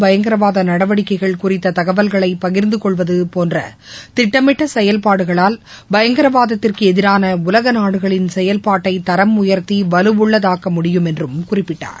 பயங்கரவாத நடவடிக்கைகள் குறித்த தகவல்களை பகிர்ந்தகொள்வது போன்ற திட்டமிட்ட செயல்பாடுகளால் பயங்கரவாதத்துக்கு எதிரான உலக நாடுகளின் செயல்பாட்டை தரம் உயர்த்தி வலுவுள்ளதாக்க முடியும் என்றும் குறிப்பிட்டார்